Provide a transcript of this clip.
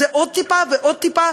זה עוד טיפה ועוד טיפה,